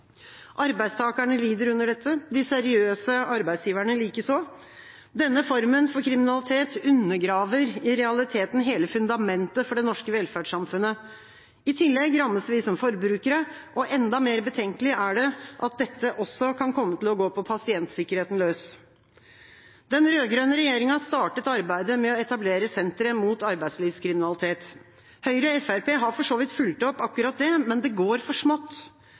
Arbeidstakerne lider under dette, de seriøse arbeidsgiverne likeså. Denne formen for kriminalitet undergraver i realiteten hele fundamentet for det norske velferdssamfunnet. I tillegg rammes vi som forbrukere, og enda mer betenkelig er det at dette også kan komme til å gå på pasientsikkerheten løs. Den rød-grønne regjeringa startet arbeidet med å etablere sentre mot arbeidslivskriminalitet. Høyre og Fremskrittspartiet har for så vidt fulgt opp akkurat det, men det går for smått.